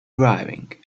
driving